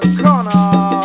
corner